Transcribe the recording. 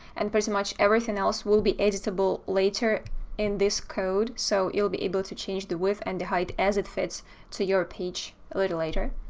and pretty much everything else will be editable later in this code, so you'll be able to change the width and the height as it fits to your page a little later.